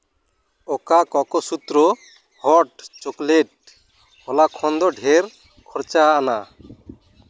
ᱚᱠᱟ ᱠᱳᱠᱳᱥᱩᱛᱨᱚ hot chocolate ᱦᱚᱞᱟ ᱠᱷᱚᱱᱫᱚ ᱰᱷᱮᱨ ᱠᱷᱚᱨᱪᱟ ᱟᱱᱟ